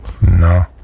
No